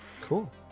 Cool